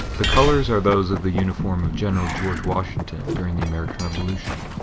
the colors are those of the uniform of general george washington during the american revolution.